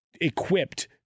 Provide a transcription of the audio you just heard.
equipped